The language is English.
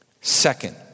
Second